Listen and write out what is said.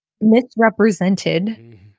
misrepresented